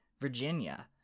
Virginia